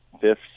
fifth